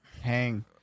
Hang